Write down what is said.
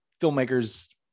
filmmakers